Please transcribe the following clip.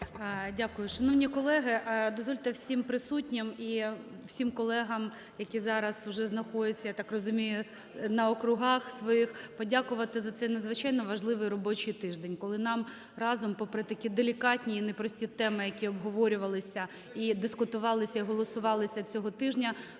Дякую. Шановні колеги, дозвольте всім присутнім і всім колегам, які зараз уже знаходяться, я так розумію, на округах своїх, подякувати за цей надзвичайно важливий робочий тиждень, коли нам разом, попри такі делікатні і непрості теми, які обговорювалися і дискутувалися, голосувалися цього тижня,